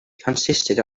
consisted